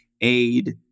aid